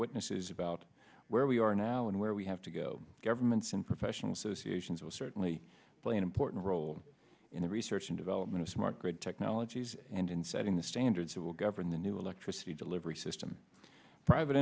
witnesses about where we are now and where we have to go governments and professional associations will certainly play an important role in the research and development of smart grid technologies and in setting the standards that will govern the new electricity delivery system private